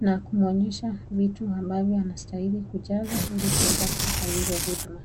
na kuonyesha vitu ambavyo anastahili kujaza ilikuweza kupata hizo huduma.